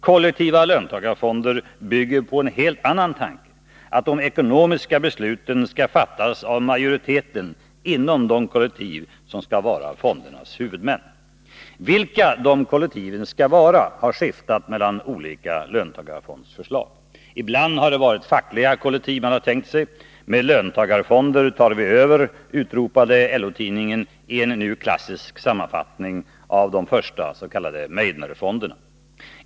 Kollektiva löntagarfonder bygger på en helt annan tanke: att de ekonomiska besluten skall fattas av majoriteten inom de kollektiv som skall vara fondernas huvudmän. Vilka de kollektiven skall vara har det rått skiftande meningar om i de olika löntagarfondsförslagen. Ibland har det varit fackliga kollektiv man har tänkt sig. ”Med löntagarfonder tar vi över”, utropade LO-tidningen i en nu klassisk sammanfattning av de första s.k. Meidnerfonderna.